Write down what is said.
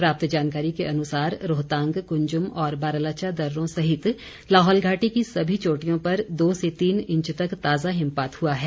प्राप्त जानकारी के अनुसार रोहतांग कुंजुम और बारालाचा दर्रों सहित लाहौल घाटी की सभी चोटियों पर दो से तीन इंच तक ताज़ा हिमपात हुआ है